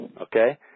Okay